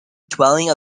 dwelling